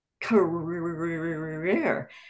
career